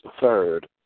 third